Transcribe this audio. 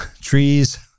trees